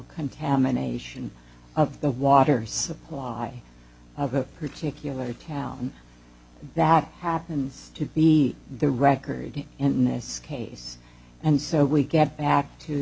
contamination of the water supply of a particular town that happens to be the record in this case and so we get back to